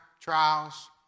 trials